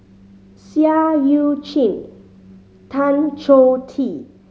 Seah Eu Chin Tan Choh Tee